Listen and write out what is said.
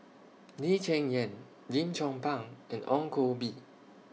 Lee Cheng Yan Lim Chong Pang and Ong Koh Bee